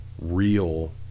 real